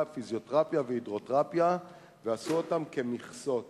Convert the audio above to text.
הפיזיותרפיה וההידרותרפיה ועשו אותם כמכסות.